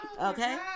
okay